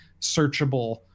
searchable